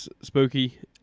Spooky